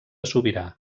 sobirà